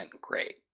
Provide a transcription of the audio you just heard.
great